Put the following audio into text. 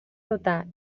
notar